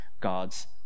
God's